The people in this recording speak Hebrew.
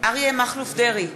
אריה מכלוף דרעי,